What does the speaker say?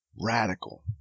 radical